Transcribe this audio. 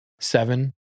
Seven